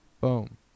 Boom